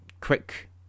quick